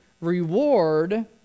reward